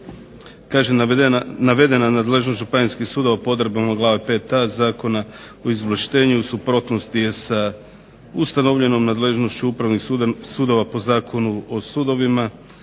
kažem navedena nadležnošću županijskih sudova po odredbama glave 5a zakona o izvlaštenju u suprotnosti je sa ustanovljenom nadležnošću upravnih sudova po zakonu o sudovima